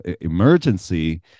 emergency